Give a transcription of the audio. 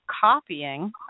copying